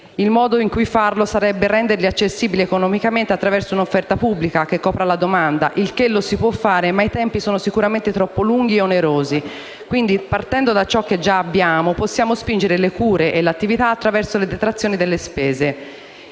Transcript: Il modo in cui farlo sarebbe renderli accessibili economicamente attraverso un'offerta pubblica che copra la domanda. Lo si può fare, ma i tempi sono sicuramente troppo lunghi e onerosi. Partendo da ciò che già abbiamo, possiamo incentivare le cure e l'attività fisica attraverso le detrazioni delle spese.